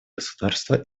государства